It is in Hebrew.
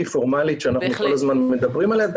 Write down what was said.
פורמלית שאנחנו כל הזמן מדברים עליה.